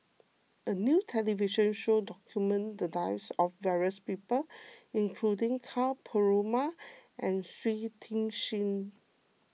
a new television show documented the lives of various people including Ka Perumal and Shui Tit Sing